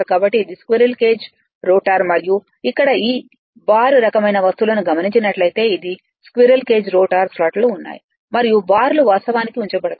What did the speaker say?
కాబట్టి ఇది squirrel cage rotor మరియు ఇక్కడ ఈ బార్ రకమైన వస్తువులను గమనించినట్లైతే అది స్క్విరెల్ కేజ్ రోటర్ స్లాట్లు ఉన్నాయి మరియు బార్లు వాస్తవానికి ఉంచబడతాయి